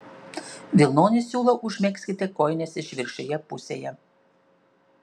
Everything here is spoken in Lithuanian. vilnonį siūlą užmegzkite kojinės išvirkščioje pusėje